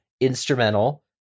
instrumental